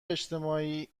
اجتماعی